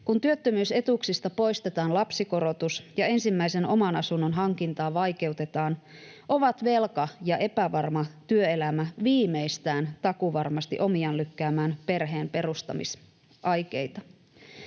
Kun työttömyysetuuksista poistetaan lapsikorotus ja ensimmäisen oman asunnon hankintaa vaikeutetaan, ovat velka ja epävarma työelämä viimeistään takuuvarmasti omiaan lykkäämään perheenperustamisaikeita.